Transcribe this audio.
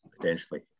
potentially